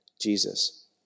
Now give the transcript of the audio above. Jesus